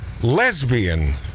lesbian